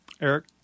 Eric